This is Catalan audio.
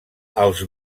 els